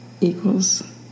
equals